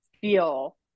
feel